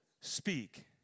speak